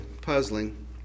puzzling